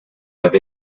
have